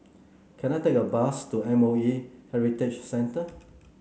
can I take a bus to M O E Heritage Centre